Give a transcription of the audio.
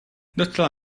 docela